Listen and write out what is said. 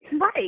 right